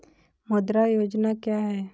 मुद्रा योजना क्या है?